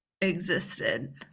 existed